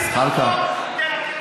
דבר כזה לא קרה.